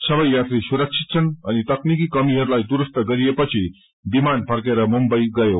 सबै यात्री सुरक्षित छन् अनि तकनीकि कर्मीहरूलाई दुरूस्त गरिएपछि विमान फर्केर मुम्बई गयो